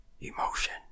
Emotion